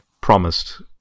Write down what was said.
promised